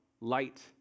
light